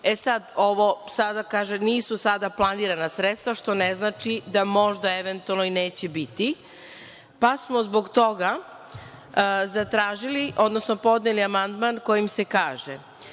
razred itd. Sada kaže – nisu sada planirana sredstva, što ne znači da možda eventualno i neće biti, pa smo zbog toga zatražili, odnosno podneli amandman kojim se kaže